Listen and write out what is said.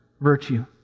virtue